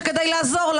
שכדי לעזור לה,